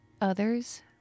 Others